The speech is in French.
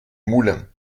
moulins